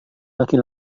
laki